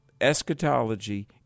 eschatology